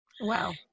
wow